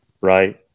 right